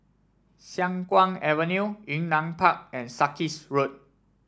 Siang Kuang Avenue Yunnan Park and Sarkies Road